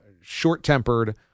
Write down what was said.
short-tempered